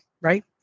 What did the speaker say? right